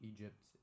Egypt